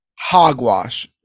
hogwash